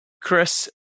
Chris